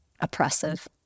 oppressive